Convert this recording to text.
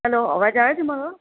hello અવાજ આવે છે મારો